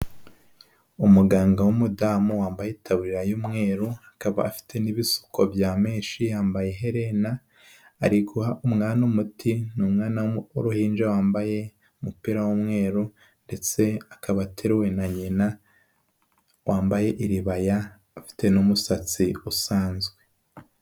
Umuganga w'umudamu wambaye itaburiya y'umweru, akaba afite n'ibisuko bya meshi, yambaye iherena, ari guha umwana umuti, ni umwana w'uruhinja wambaye umupira w'umweru ndetse akaba ateruwe na nyina, wambaye iribaya afite n'umusatsi usanzwe.